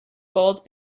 gold